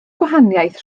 gwahaniaeth